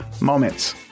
moments